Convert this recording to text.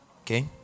Okay